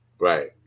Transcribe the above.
Right